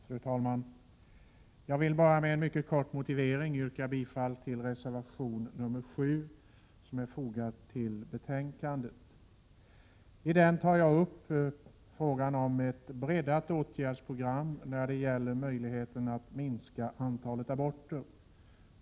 Fru talman! Jag vill bara med en mycket kort motivering yrka bifall till reservation 7 som är fogad till betänkandet. I den tar jag upp frågan om ett breddat åtgärdsprogram i fråga om att minska antalet aborter.